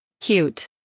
Cute